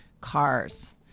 cars